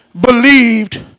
Believed